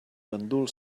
gandul